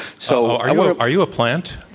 so are are you a plant?